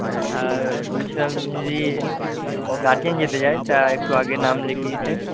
হ্যাঁ আর বলছিলাম যদি গার্জেন যেতে চায় তা একটু আগে নাম লিখিয়ে দিতে